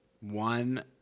one